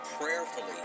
prayerfully